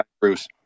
Bruce